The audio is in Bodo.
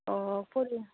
अ परिखा